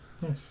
Nice